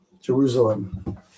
Jerusalem